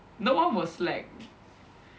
no one will slack